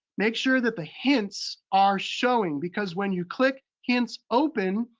makes sure that the hints are showing because when you click, hints open,